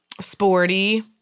sporty